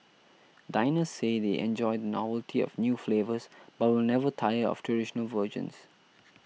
diners say they enjoy the novelty of new flavours but will never tire of traditional versions